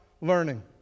learning